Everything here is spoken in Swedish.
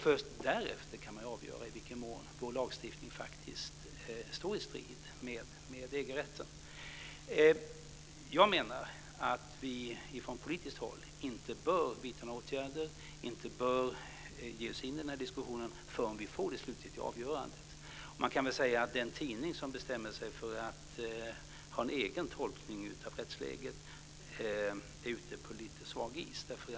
Först därefter kan man avgöra i vilken mån vår lagstiftning faktiskt står i strid med EG-rätten. Jag menar att vi från politiskt håll inte bör vidta några åtgärder och inte bör ge oss in i den här diskussionen förrän vi får det slutgiltiga avgörandet. Man kan väl säga att en tidning som bestämmer sig för att ha en egen tolkning av rättsläget är ute på lite svag is.